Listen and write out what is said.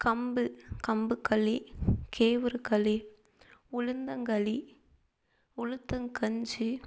கம்பு கம்புக்களி கேவூர்களி உளுந்தங்களி உளுத்தங்கஞ்சி